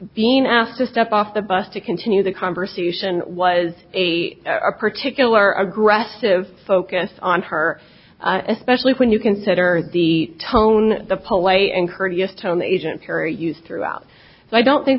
being asked to step off the bus to continue the conversation was a particular aggressive focus on her especially when you consider the tone the polite and courteous tone agent here used throughout so i don't think